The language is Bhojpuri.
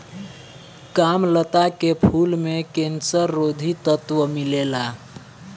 कामलता के फूल में कैंसर रोधी तत्व मिलेला